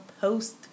post